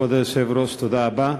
כבוד היושב-ראש, תודה רבה,